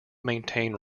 maintain